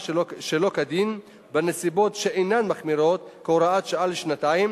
שלא כדין בנסיבות שאינן מחמירות כהוראת שעה לשנתיים,